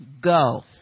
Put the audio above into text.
go